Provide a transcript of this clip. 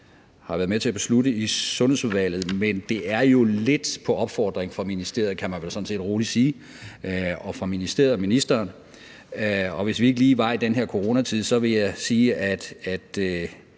har været med til at beslutte i Sundhedsudvalget, men det er jo lidt på opfordring fra ministeriet og ministeren, kan man vel sådan set roligt sige. Og hvis ikke vi lige var i den her coronatid, ville jeg sige, at